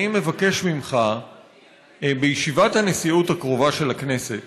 אני מבקש ממך בישיבת הנשיאות הקרובה של הכנסת